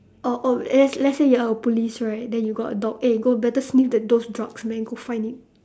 or or let's let's say you are a police right then you got a dog eh go better sniff the those drugs then go find it